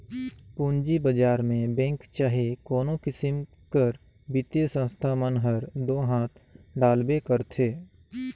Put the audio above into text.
पूंजी बजार में बेंक चहे कोनो किसिम कर बित्तीय संस्था मन हर दो हांथ डालबे करथे